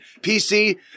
PC